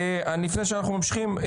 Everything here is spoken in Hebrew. לפני שאנחנו ממשיכים,